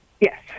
Yes